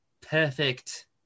perfect